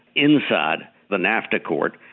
inside the nafta court,